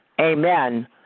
amen